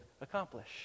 accomplish